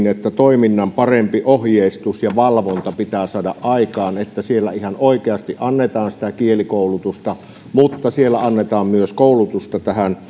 että toiminnan parempi ohjeistus ja valvonta pitää saada aikaan että siellä ihan oikeasti annetaan sitä kielikoulutusta mutta siellä annetaan myös koulutusta